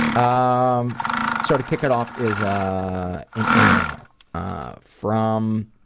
um sort of kick it off is an email from